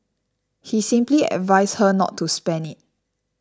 he simply advised her not to spend it